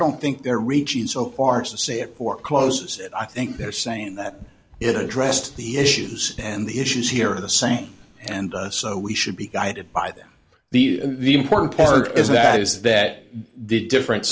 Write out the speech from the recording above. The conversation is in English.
don't think they're reaching so far so say it or close it i think they're saying that it addressed the issues and the issues here are the same and so we should be guided by them the important part is that is that different